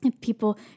People